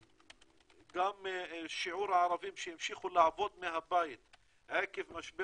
גם שיעור הערבים שהמשיכו לעבוד מהבית עקב משבר